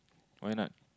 why not